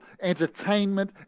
entertainment